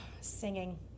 Singing